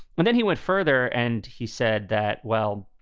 and then he went further and he said that. well,